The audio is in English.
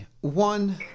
One